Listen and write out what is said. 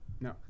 No